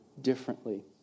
differently